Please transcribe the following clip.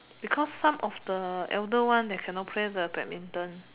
because some of the elder one that cannot play the badminton